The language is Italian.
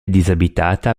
disabitata